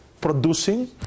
Producing